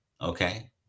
Okay